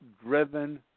driven